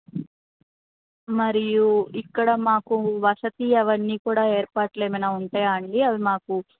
మరియు ఇక్కడ మాకు వసతి అవన్నీ కూడా ఏర్పాట్లు ఏమైనా ఉంటాయా అండి అవి మాకు